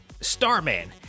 starman